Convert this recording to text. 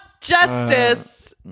justice